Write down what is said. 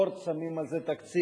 "אורט" שמים על זה תקציב,